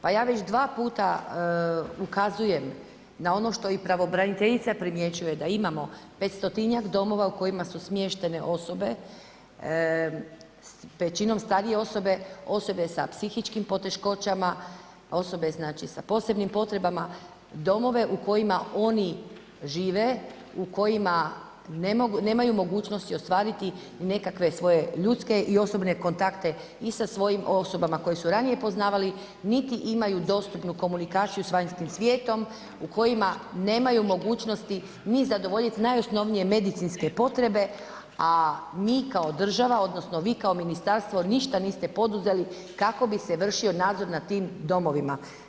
Pa ja već dva puta ukazujem na ono što i pravobraniteljica primjećuje da imamo petstotinjak domova u kojima su smještene osobe, većinom starije osobe, osobe sa psihičkim poteškoćama, osobe znači sa posebnim potrebama, domove u kojima oni žive, u kojima nemaju mogućnosti ostvariti nekakve svoje ljudske i osobne kontakte i sa svojim osobama koje su ranije poznavali, niti imaju dostupnu komunikaciju s vanjskim svijetom u kojima nemaju mogućnost ni zadovoljit najosnovnije medicinske potrebe, a mi kao država, odnosno vi kao ministarstvo ništa niste poduzeli kako bi se vršio nadzor nad tim domovima.